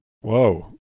Whoa